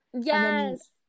Yes